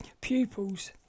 pupils